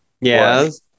Yes